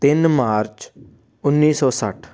ਤਿੰਨ ਮਾਰਚ ਉੱਨੀ ਸੌ ਸੱਠ